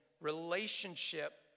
relationship